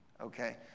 okay